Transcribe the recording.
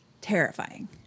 Terrifying